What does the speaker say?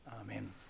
Amen